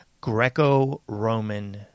Greco-Roman